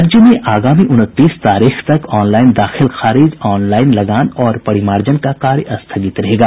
राज्य में आगामी उनतीस तारीख तक ऑनलाईन दाखिल खारिज ऑनलाईन लगान और परिमार्जन का कार्य स्थगित रहेगा